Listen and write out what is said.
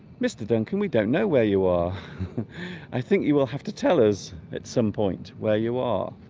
mr. duncan we don't know where you are i think you will have to tell us at some point where you are